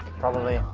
probably,